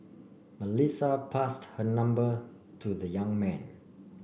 Melissa passed her number to the young man